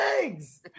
eggs